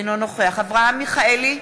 אינו נוכח אברהם מיכאלי,